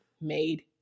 made